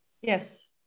Yes